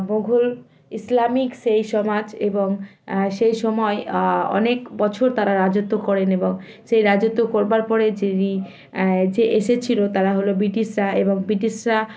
Mughal Islamic সেই সমাজ এবং সেই সময় অনেক বছর তারা রাজত্ব করেন এবং সেই রাজত্ব করবার পরে যিনি যে এসেছিলো তারা হলো ব্রিটিশরা এবং ব্রিটিশরা